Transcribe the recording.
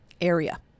area